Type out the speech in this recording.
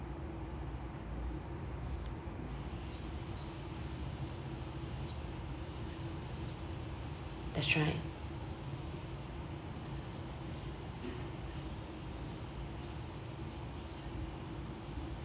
that's right